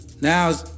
Now